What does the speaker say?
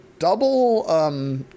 Double